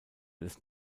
des